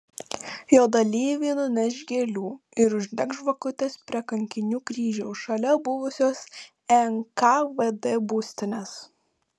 jo dalyviai nuneš gėlių ir uždegs žvakutes prie kankinių kryžiaus šalia buvusios nkvd būstinės